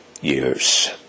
years